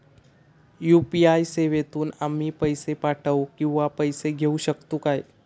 UPI सेवेतून आम्ही पैसे पाठव किंवा पैसे घेऊ शकतू काय?